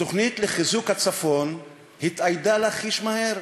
התוכנית לחיזוק הצפון התאיידה לה חיש מהר,